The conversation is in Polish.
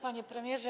Panie Premierze!